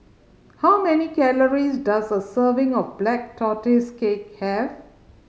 how many calories does a serving of Black Tortoise Cake have